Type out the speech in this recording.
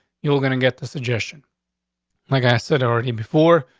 you're gonna get the suggestion like i said already before.